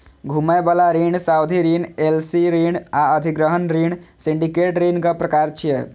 घुमै बला ऋण, सावधि ऋण, एल.सी ऋण आ अधिग्रहण ऋण सिंडिकेट ऋणक प्रकार छियै